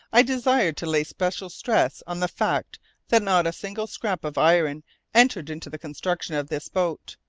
i desire to lay special stress on the fact that not a single scrap of iron entered into the construction of this boat,